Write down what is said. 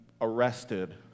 arrested